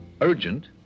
Urgent